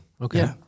Okay